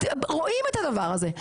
רואים את הדבר הזה.